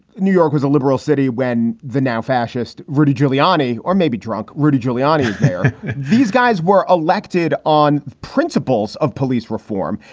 new york was a liberal city when the now fascist rudy giuliani or maybe drunk rudy giuliani, these guys were elected on the principles of police reform.